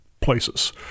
places